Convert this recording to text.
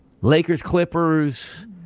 Lakers-Clippers